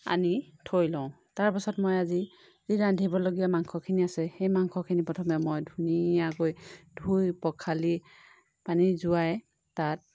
আনি থৈ লওঁ তাৰ পাছত মই আজি ৰান্ধিবলগীয়া মাংসখিনি আছে সেই মাংসখিনি প্ৰথমে মই ধুনীয়াকৈ ধুই পখালি পানী যোৱাই তাত